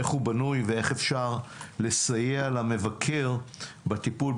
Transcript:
איך הוא בנוי ואיך אפשר לסייע למבקר בטיפול,